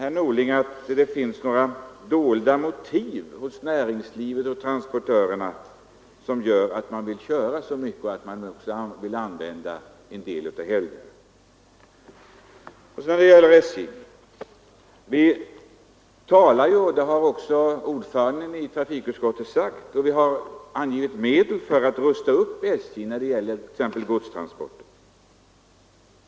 Tror herr Norling att det hos näringslivet och transportörerna finns några dolda motiv som gör att man på det hållet vill köra så mycket och använda en del av helgerna för sina transporter? Den andra frågan gäller SJ. Vi talar här om — det gjorde även trafikutskottets ordförande — att rusta upp SJ, och det har också anslagits medel för det, t.ex. när det gäller godstransporterna.